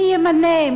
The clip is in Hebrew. מי ימנה,